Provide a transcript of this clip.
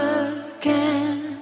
again